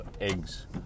eggs